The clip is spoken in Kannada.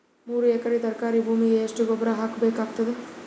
ಮೂರು ಎಕರಿ ತರಕಾರಿ ಭೂಮಿಗ ಎಷ್ಟ ಗೊಬ್ಬರ ಹಾಕ್ ಬೇಕಾಗತದ?